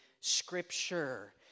scripture